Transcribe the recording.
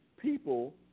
people